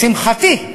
לשמחתי,